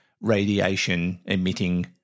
radiation-emitting